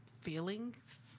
feelings